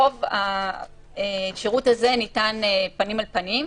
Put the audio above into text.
רוב השירות הזה ניתן פנים אל פנים,